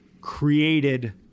created